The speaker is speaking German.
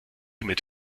mit